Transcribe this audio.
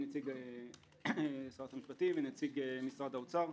מנציג משרד המשפטים ונציג משרד האוצר,